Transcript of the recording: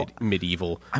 medieval